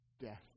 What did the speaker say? death